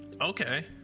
Okay